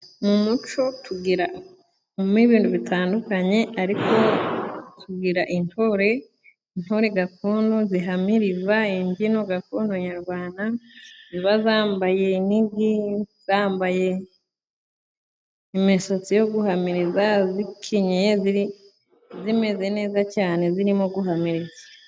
Mu muco tugiramo ibintu bitandukanye, ariko tugira intore, intore gakondo zihamiriza imbyino gakondo nyarwanda. Ziba zambaye, zambaye imisatsi yo guhamiriza zikenyeye zimeze neza cyane zirimo guhamiriza.